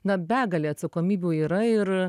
na begalė atsakomybių yra ir